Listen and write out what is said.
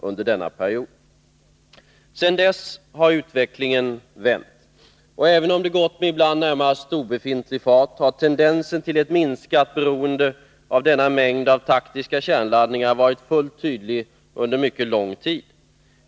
Sedan dess har utvecklingen vänt, och även om det gått med ibland närmast obefintlig fart har tendensen till ett minskat beroende av denna mängd av taktiska kärnladdningar varit fullt tydlig under mycket lång tid.